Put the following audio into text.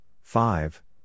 five